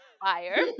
fire